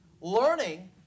Learning